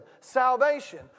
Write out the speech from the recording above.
salvation